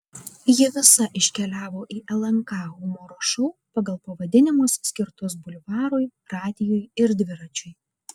ji visa iškeliavo į lnk humoro šou pagal pavadinimus skirtus bulvarui radijui ir dviračiui